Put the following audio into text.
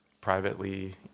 privately